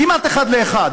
כמעט אחד לאחד.